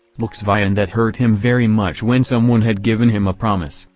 lxvi and that hurt him very much when someone had given him a promise,